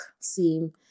seam